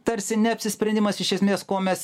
tarsi neapsisprendimas iš esmės ko mes